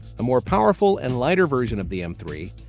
a more powerful and lighter version of the m three,